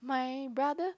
my brother